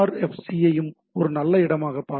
C ஐயும் ஒரு நல்ல இடமாகப் பார்க்க வேண்டும்